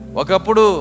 Wakapudu